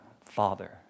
Father